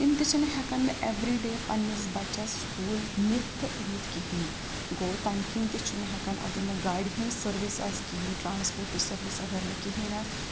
تِم تہِ چھِنہٕ ہٮ۪کَان نہٕ ایوری ڈے پنٛنِس بَچَس سکوٗل نِتھ تہٕ أنِتھ کِہیٖنۍ گوٚو تمہِ کِنۍ تہِ چھُنہٕ ہٮ۪کَان اگر نہٕ گاڑِ ہٕنٛز سٔروِس آسہِ کِہیٖنۍ ٹرانسپوٹٕچ سٔروِس اگر نہٕ کِہیٖنۍ آسہِ